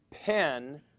pen